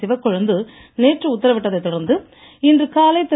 சிவக்கொழுந்து நேற்று உத்தரவிட்டதை தொடர்ந்து இன்று காலை திரு